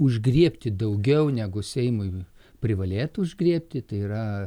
užgriebti daugiau negu seimui privalėtų užgriebti tai yra